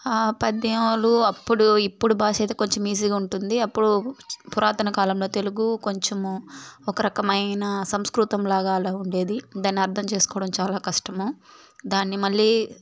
ఆ పద్యాలు అప్పుడు ఇప్పుడు భాషయితే కొంచెం ఈసీగా ఉంటుంది అప్పుడు పురాతనకాలంలో తెలుగు కొంచెము ఒకరమైన సంస్కృతంలాగా అలా ఉండేది దాన్ని అర్ధం చేసుకోవడం చాలా కష్టము దాన్ని మళ్ళీ